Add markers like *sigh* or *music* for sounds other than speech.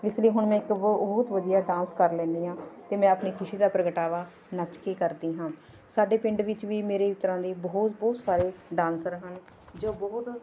ਇਸ ਲਈ ਹੁਣ ਮੈਂ *unintelligible* ਬਹੁਤ ਵਧੀਆ ਡਾਂਸ ਕਰ ਲੈਂਦੀ ਹਾਂ ਅਤੇ ਮੈਂ ਆਪਣੀ ਖੁਸ਼ੀ ਦਾ ਪ੍ਰਗਟਾਵਾ ਨੱਚ ਕੇ ਕਰਦੀ ਹਾਂ ਸਾਡੇ ਪਿੰਡ ਵਿੱਚ ਵੀ ਮੇਰੇ ਤਰ੍ਹਾਂ ਦੇ ਬਹੁਤ ਬਹੁਤ ਸਾਰੇ ਡਾਂਸਰ ਹਨ ਜੋ ਬਹੁਤ